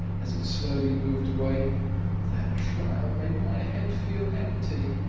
as it slowly moved away that trial made my head feel empty.